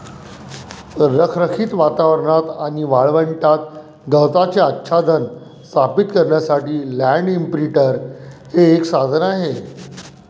रखरखीत वातावरणात आणि वाळवंटात गवताचे आच्छादन स्थापित करण्यासाठी लँड इंप्रिंटर हे एक साधन आहे